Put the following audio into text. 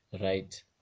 right